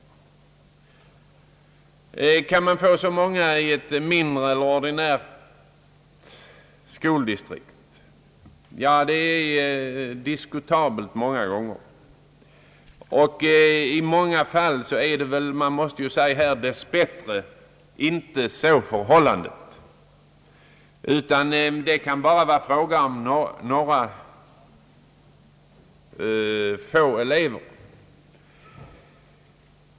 Kan man få ihop så många i ett mindre eller ordinärt skoldistrikt? Ja, det är diskutabelt många gånger, och ofta är väl — man måste ju här säga dess bättre — så inte förhållandet. Det kan bara vara fråga om några få elever.